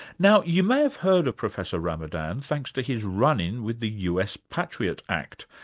now you may have heard of professor ramadan, thanks to his run-in with the us patriot act,